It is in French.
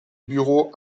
bureaux